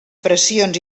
pressions